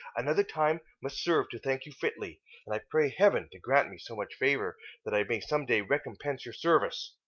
another time must serve to thank you fitly and i pray heaven to grant me so much favour that i may some day recompense your service.